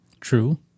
true